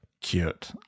Cute